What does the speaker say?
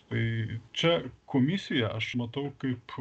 tai čia komisiją aš matau kaip